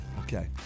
Okay